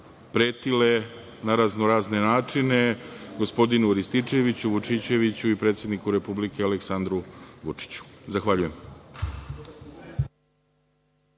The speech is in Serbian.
pretile na razno-razne načine, gospodinu Rističeviću, Vučićeviću i predsedniku Republike Aleksandru Vučiću. Zahvaljujem.